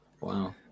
Wow